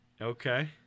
Okay